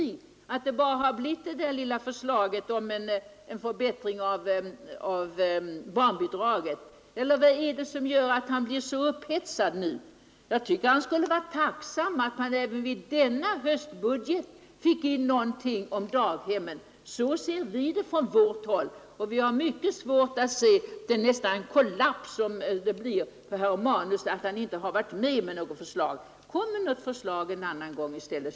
Är det därför som det bara har blivit detta lilla förslag om förbättring av barnbidraget, eller vad är det som gör att herr Romanus nu blir så upphetsad? Jag tycker att herr Romanus borde vara tacksam för att vi även i denna höstbudget har fått in någonting om daghemmen, Så ser vi det från vårt håll. Vi har mycket svårt att förstå att herr Romanus nära nog kollapsar för att han inte har varit med om att väcka något förslag. Kom själv med ett förslag en annan gång i stället!